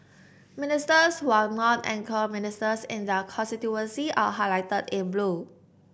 ministers who are not anchor ministers in their constituency are highlighted in blue